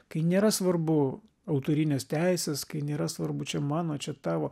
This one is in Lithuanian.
kai nėra svarbu autorinės teisės kai nėra svarbu čia mano čia tavo